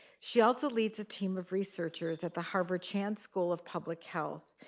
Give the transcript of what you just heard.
she also leads a team of researchers at the harvard chan school of public health.